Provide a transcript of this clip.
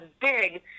big